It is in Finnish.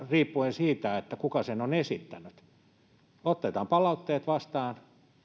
riippuen siitä kuka sen on esittänyt otetaan palautteet vastaan